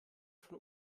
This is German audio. von